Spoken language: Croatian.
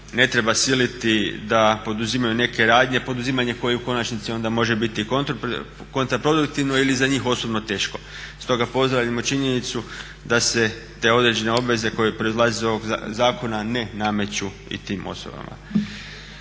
ne treba siliti da poduzimaju neke radnje, poduzimanjem kojih u konačnici onda može biti kontraproduktivnu ili za njih osobno teško. Stoga pozdravljamo činjenicu da se te određene obveze koje proizlaze iz ovog zakona ne nameću i tim osobama.